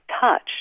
touch